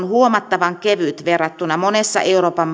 huomattavan kevyt verrattuna monessa euroopan